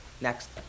Next